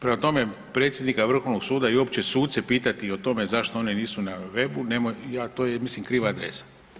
Prema tome predsjednika Vrhovnog suca i opće suce pitati o tome zašto one nisu na webu ja, to je mislim kriva adresa.